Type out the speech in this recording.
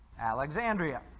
Alexandria